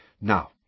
Now